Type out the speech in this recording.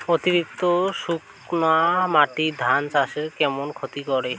অতিরিক্ত শুকনা মাটি ধান চাষের কেমন ক্ষতি করে?